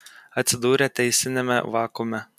atsidūrė teisiniame vakuume